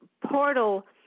portal